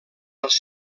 als